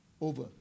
over